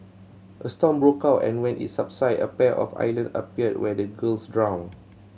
a storm broke out and when it subsided a pair of island appeared where the girls drowned